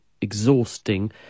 exhausting